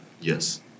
Yes